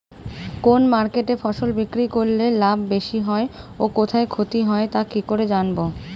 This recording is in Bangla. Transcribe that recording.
কোন মার্কেটে ফসল বিক্রি করলে লাভ বেশি হয় ও কোথায় ক্ষতি হয় তা কি করে জানবো?